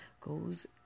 goes